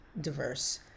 diverse